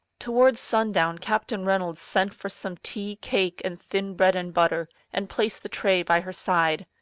towards sundown captain reynolds sent for some tea, cake, and thin bread and butter, and placed the tray by her side.